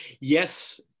Yes